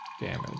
damage